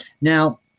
Now